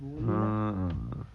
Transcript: ah